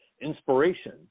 inspiration